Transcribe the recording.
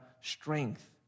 strength